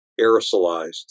aerosolized